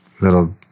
little